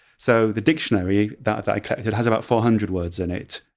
so the dictionary that i collected has about four hundred words in it.